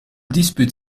dispute